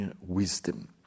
wisdom